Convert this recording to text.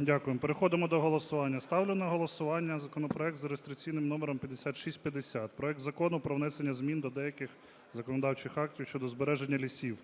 Дякую. Переходимо до голосування. Ставлю на голосування законопроект за реєстраційним номером 5650: проект Закону про внесення змін до деяких законодавчих актів щодо збереження лісів.